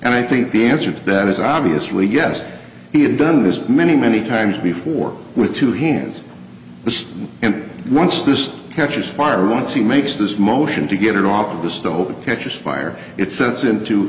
and i think the answer to that is obviously guess he had done this many many times before with two hands and once this catches fire once he makes this motion to get it off the stove it catches fire it sets into